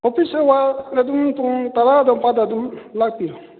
office award ꯑꯗꯨꯝ ꯄꯨꯡ ꯇꯔꯥ ꯑꯗꯨꯋꯥ ꯃꯄꯥ ꯑꯗꯨꯝ ꯂꯥꯛꯄꯤꯔꯣ